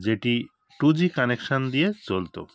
যেটি two G connection দিয়ে চলত